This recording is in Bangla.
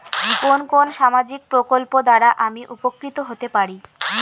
কোন কোন সামাজিক প্রকল্প দ্বারা আমি উপকৃত হতে পারি?